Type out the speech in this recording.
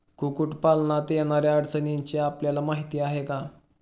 कुक्कुटपालनात येणाऱ्या अडचणींची आपल्याला माहिती आहे का?